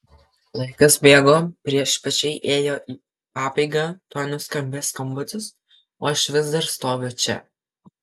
laikas bėgo priešpiečiai ėjo į pabaigą tuoj nuskambės skambutis o aš vis dar stoviu čia